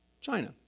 China